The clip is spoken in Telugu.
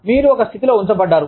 మీరు ఒక స్థితిలో ఉంచబడ్డారు